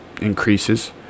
increases